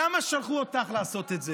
למה שלחו אותך לעשות את זה?